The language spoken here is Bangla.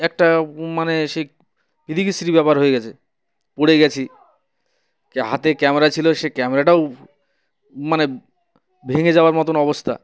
একটা মানে সেই বিতিকিচ্ছিরি ব্যাপার হয়ে গেছে পড়ে গেছি ক হাতে ক্যামেরা ছিলো সে ক্যামেরাটাও মানে ভেঙে যাওয়ার মতন অবস্থা